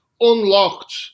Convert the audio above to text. unlocked